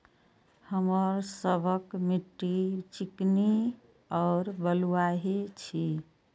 हमर सबक मिट्टी चिकनी और बलुयाही छी?